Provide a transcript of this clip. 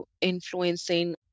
influencing